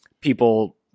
people